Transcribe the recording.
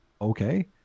okay